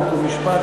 חוק ומשפט